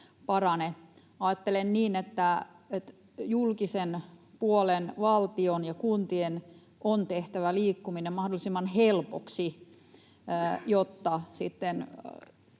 parane. Ajattelen niin, että julkisen puolen, valtion ja kuntien, on tehtävä liikkuminen mahdollisimman helpoksi, jotta sitten